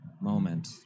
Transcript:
moment